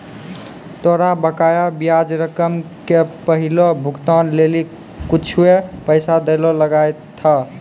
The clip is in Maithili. तोरा बकाया ब्याज रकम के पहिलो भुगतान लेली कुछुए पैसा दैयल लगथा